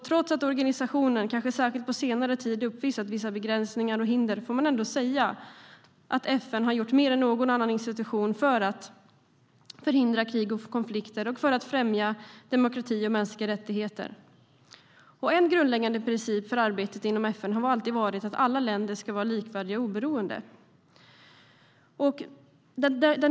Trots att organisationen kanske särskilt på senare tid uppvisat vissa begränsningar och hinder får man ändå säga att FN har gjort mer än någon annan institution för att förhindra krig och konflikter och för att främja demokrati och mänskliga rättigheter. En grundläggande princip för arbetet inom FN har alltid varit att alla länder ska vara likvärdiga och oberoende.